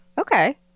Okay